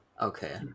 Okay